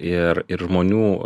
ir ir žmonių